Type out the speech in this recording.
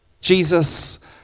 Jesus